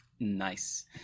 Nice